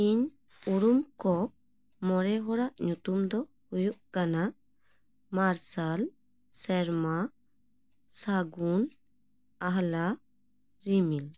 ᱤᱧ ᱩᱨᱩᱢ ᱠᱚ ᱢᱚᱬᱮ ᱦᱚᱲᱟᱜ ᱧᱩᱛᱩᱢ ᱫᱚ ᱦᱩᱭᱩᱜ ᱠᱟᱱᱟ ᱢᱟᱨᱥᱟᱞ ᱥᱮᱨᱢᱟ ᱥᱟᱹᱜᱩᱱ ᱟᱦᱟᱞᱟ ᱨᱤᱢᱤᱞ